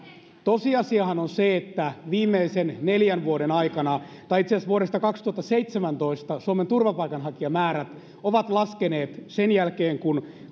tosiasiahan on se että viimeisen neljän vuoden aikana tai itse asiassa vuodesta kaksituhattaseitsemäntoista suomen turvapaikanhakijamäärät ovat laskeneet eli sen jälkeen kun